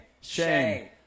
Shame